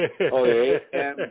Okay